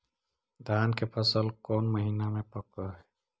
धान के फसल कौन महिना मे पक हैं?